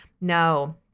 No